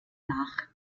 nach